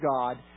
God